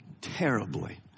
terribly